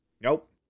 Nope